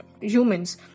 humans